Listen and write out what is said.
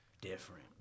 Different